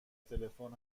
تلفن